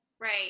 Right